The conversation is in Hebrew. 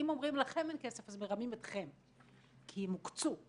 אומרים לכן אין כסף אז מרמים אתכן כי הם הוקצו,